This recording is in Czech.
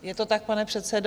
Je to tak, pane předsedo?